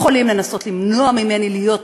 יכולים לנסות למנוע ממני להיות